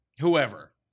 Whoever